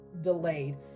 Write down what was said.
delayed